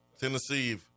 Tennessee